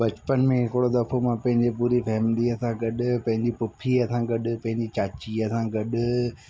बचपन में हिकिड़ो दफ़ो मां पूरी फैमलीअ सां गॾु पंहिंजी पुफीअ सां गॾ पंहिंजी चाचीअ सां गॾ